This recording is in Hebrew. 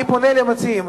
אני פונה למציעים,